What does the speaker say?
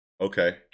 Okay